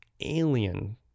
alien